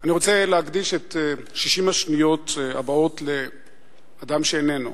אני רוצה להקדיש את 60 השניות הבאות לאדם שאיננו,